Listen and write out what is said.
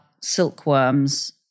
silkworms